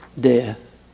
death